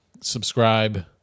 subscribe